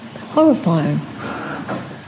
horrifying